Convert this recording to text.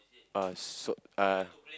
uh so uh